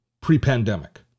Pre-pandemic